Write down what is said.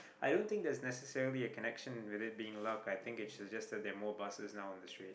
i don't think there's necessarily a connection whether being allowed I think it's just that are more buses now on the street